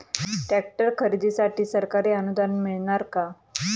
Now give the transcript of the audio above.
Tractor खरेदीसाठी सरकारी अनुदान मिळणार का?